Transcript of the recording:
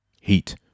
Heat